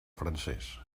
francés